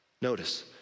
Notice